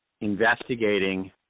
investigating